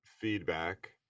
feedback